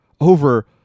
over